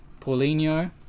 Paulinho